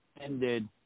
ended